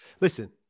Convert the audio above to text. Listen